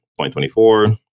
2024